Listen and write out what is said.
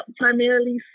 primarily